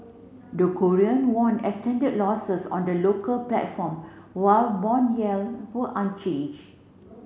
the Korean won extended losses on the local platform while bond yield were unchanged